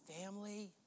family